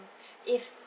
if